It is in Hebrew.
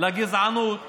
לגזענות שבחוק,